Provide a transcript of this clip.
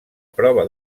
prova